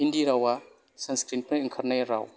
हिन्दी रावा संस्कृतनिफ्राय ओंखारनाय राव